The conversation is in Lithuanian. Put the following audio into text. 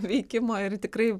veikimo ir tikrai